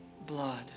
blood